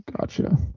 Gotcha